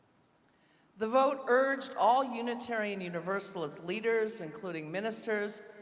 the vote urged all unitarian universalist leaders, including ministers,